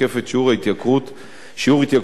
התשומות במערכת הבריאות.